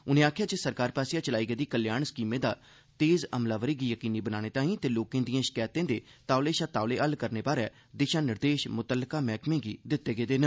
उनें आक्खेआ जे सरकार पास्सेआ चलाई गेदी कल्याण स्कीमै दी तेज अमलावरी गी जकीनी बनाने ताईं ते लोकें दिएं शिकायतें दे तौले शा तौले हल्ल करने बारे दिश निर्देश मुतलका मैह्कमे गी दित्ते गेदे न